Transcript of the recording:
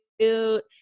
cute